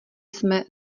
jsme